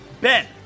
Ben